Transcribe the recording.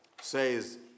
says